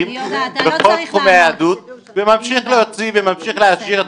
בכל תחומי היהדות וממשיך להוציא וממשיך להעשיר את